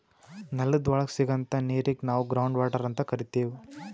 ನೆಲದ್ ಒಳಗ್ ಸಿಗಂಥಾ ನೀರಿಗ್ ನಾವ್ ಗ್ರೌಂಡ್ ವಾಟರ್ ಅಂತ್ ಕರಿತೀವ್